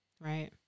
Right